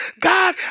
God